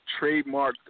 trademarked